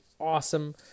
Awesome